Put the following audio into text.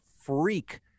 freak